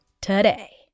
today